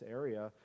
area